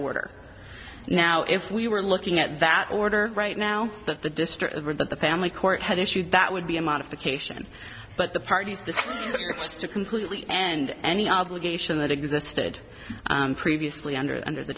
order now if we were looking at that order right now that the district where the family court has issued that would be a modification but the parties decide to completely end any obligation that existed previously under under the